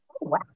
wow